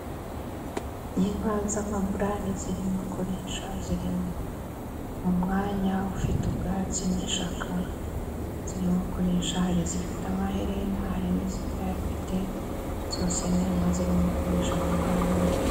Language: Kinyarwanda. Ni inka z'amaburani zirimo kurisha, ziri mu mwanya ufite ubwatsi n'ishaka zirimo kurisha, hari izifite amaherena hari n'izitayafite, zose n'inka zirimo kurisha mu mwanya muto.